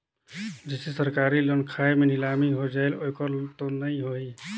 जैसे सरकारी लोन खाय मे नीलामी हो जायेल ओकर तो नइ होही?